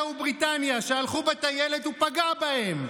ומבריטניה שהלכו בטיילת ופגע בהם.